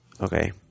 Okay